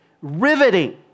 riveting